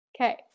okay